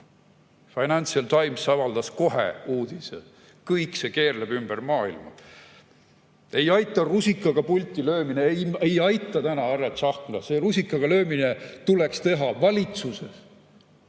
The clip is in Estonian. Financial Times avaldas kohe uudise. Kõik see keerleb ümber maailma. Ei aita rusikaga pulti löömine, ei aita täna, härra Tsahkna! See rusikaga löömine tuleks teha valitsuses,